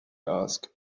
asked